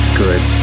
good